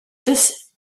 this